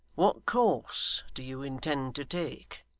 what course do you intend to take